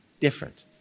different